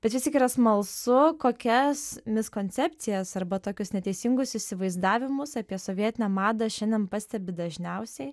bet vis tik yra smalsu kokias mis koncepcijas arba tokius neteisingus įsivaizdavimus apie sovietinę madą šiandien pastebi dažniausiai